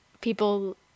people